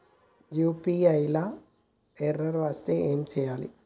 UPI లా error వస్తే ఏం చేయాలి?